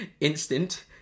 instant